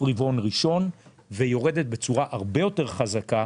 הרבעון הראשון ויורדת בצורה הרבה יותר חזקה